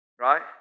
Right